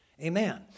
Amen